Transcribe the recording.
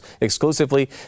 Exclusively